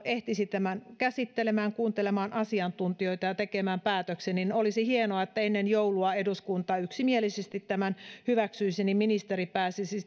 ehtisi tämän käsittelemään kuuntelemaan asiantuntijoita ja tekemään päätöksen niin olisi hienoa että ennen joulua eduskunta yksimielisesti tämän hyväksyisi ja ministeri pääsisi